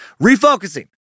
Refocusing